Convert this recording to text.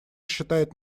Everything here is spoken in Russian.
считает